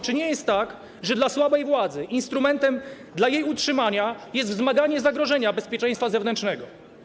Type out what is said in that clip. Czy nie jest tak, że dla słabej władzy instrumentem dla jej utrzymania jest wzmaganie zagrożenia bezpieczeństwa zewnętrznego?